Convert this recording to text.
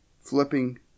flipping